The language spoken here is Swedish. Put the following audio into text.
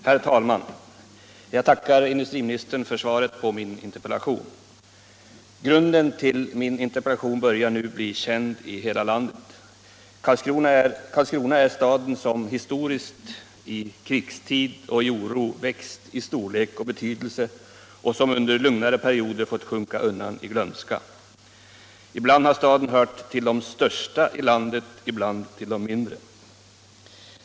Herr talman! Jag tackar industriministern för svaret på min interpellation. Bakgrunden till interpellationen börjar nu bli känd i hela landet. Karlskrona är staden som i krigstid och i oro växt i storlek och betydelse och som under lugnare perioder fått sjunka undan i glömska. Ibland har staden hört till de största i landet, ibland till de mindre.